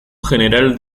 general